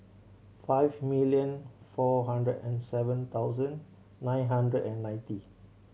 five million four hundred and seven thousand nine hundred and ninety